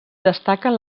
destaquen